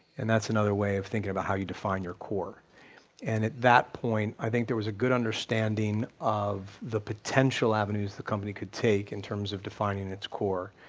and that's another way of thinking about how you define your core and at that point i think there was a good understanding of the potential avenues the company could take in terms of defining its core,